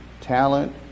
talent